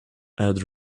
add